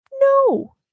No